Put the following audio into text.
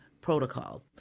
protocol